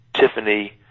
Tiffany